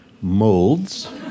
Molds